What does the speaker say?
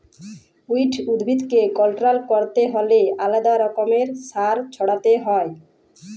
weed উদ্ভিদকে control ক্যরতে হ্যলে আলেদা রকমের সার ছড়াতে হ্যয়